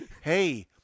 Hey